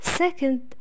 second